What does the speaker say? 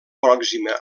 pròxima